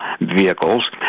vehicles